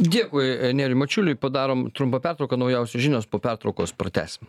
dėkui nerijui mačiuliui padarom trumpą pertrauką naujausios žinios po pertraukos pratęsim